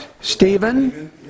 Stephen